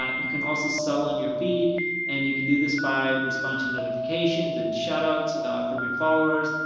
ah you can also sell on your feed and you can do this by responding to notifications and shout outs from your followers.